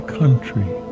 country